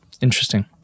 Interesting